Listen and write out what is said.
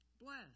bless